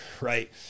Right